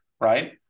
right